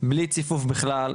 בלי ציפוף בכלל,